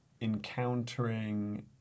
encountering